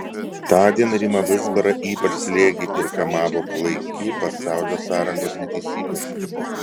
tądien rimą vizbarą ypač slėgė ir kamavo klaiki pasaulio sąrangos neteisybė